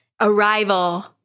Arrival